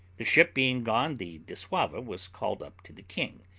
the ship being gone, the dissauva was called up to the king,